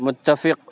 متفق